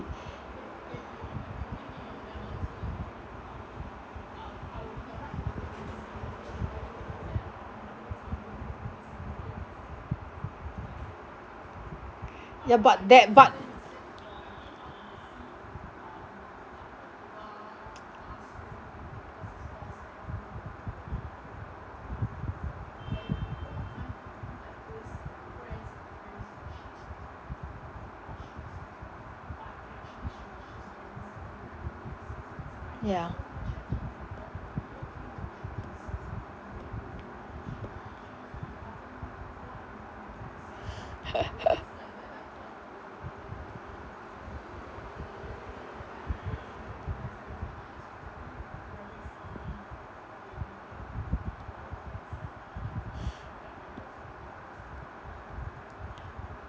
ya but that but